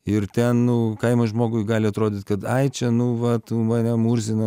ir ten nu kaimo žmogui gali atrodyt kad ai čia nu va tu mane murziną